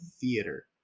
theater